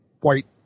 white